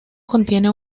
contiene